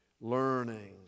Learning